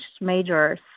majors